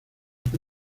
que